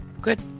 Good